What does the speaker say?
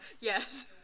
Yes